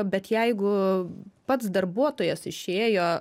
bet jeigu pats darbuotojas išėjo